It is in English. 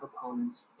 proponents